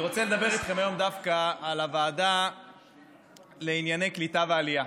אני רוצה לדבר איתכם היום דווקא על הוועדה לענייני קליטה ועלייה.